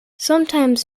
sometimes